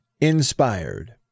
inspired